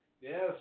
Yes